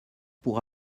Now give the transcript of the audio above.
pour